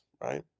right